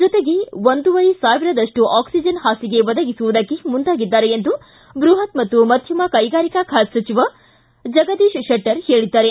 ಜೊತೆಗೆ ಒಂದೂವರೆ ಸಾವಿರದಷ್ಟು ಆಕಸ್ಸಿಜನ್ ಹಾಸಿಗೆ ಒದಗಿಸುವುದಕ್ಕೆ ಮುಂದಾಗಿದ್ದಾರೆ ಎಂದು ಬೃಹತ್ ಮತ್ತು ಮಧ್ಯಮ ಕೈಗಾರಿಕೆ ಖಾತೆ ಸಚಿವ ಜಗದೀತ ಶೆಟ್ಟರ್ ತಿಳಿಸಿದ್ದಾರೆ